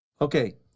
okay